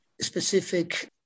specific